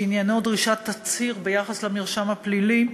שעניינו דרישת תצהיר ביחס למרשם הפלילי,